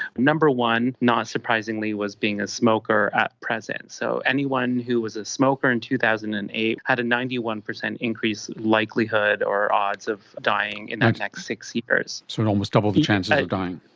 number one, not surprisingly, was being a smoker at present. so anyone who was a smoker in two thousand and eight had a ninety one percent increase likelihood or odds of dying in the next six years. so and almost double the chances of dying.